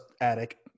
attic